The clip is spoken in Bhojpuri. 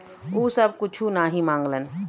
उ सब कुच्छो नाही माँगलन